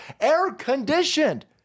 air-conditioned